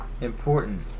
important